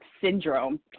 syndrome